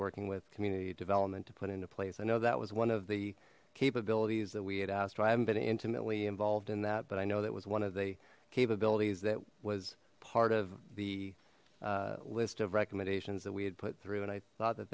working with community development to put into place i know that was one of the capabilities that we had asked or i haven't been intimately involved in that but i know that was one of the capabilities that was part of the list of recommendations that we had put through and i thought that